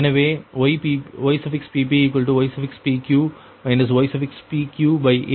எனவே Yppypq ypqaypqa ஆகும்